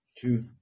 two